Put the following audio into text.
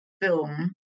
film